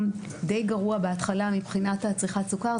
די גרוע בהתחלה מבחינת צריכת הסוכר.